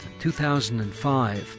2005